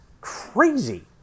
crazy